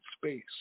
space